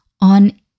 on